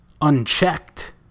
unchecked